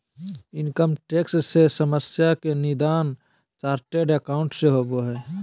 income tax से समस्या के निदान चार्टेड एकाउंट से होबो हइ